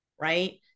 Right